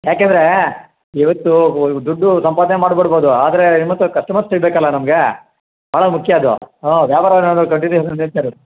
ಯಾಕೆಂದರೆ ಇವತ್ತು ದುಡ್ಡು ಸಂಪಾದನೆ ಮಾಡಿಬಿಡ್ಬೋದು ಆದರೆ ನಿಮ್ಮಂಥ ಕಸ್ಟಮರ್ಸ್ ಸಿಗಬೇಕಲ್ಲ ನಮಗೆ ಭಾಳ ಮುಖ್ಯ ಅದು ಹ್ಞೂ ವ್ಯಾಪಾರ ಏನಾದರೂ ಕಂಟಿನ್ಯೂಯಸ್ ಆಗಿ